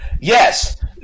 Yes